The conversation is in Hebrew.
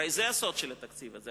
הרי זה הסוד של התקציב הזה.